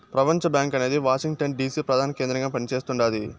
ప్రపంచబ్యాంకు అనేది Washington DC ప్రదాన కేంద్రంగా పని చేస్తుండాది